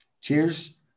Cheers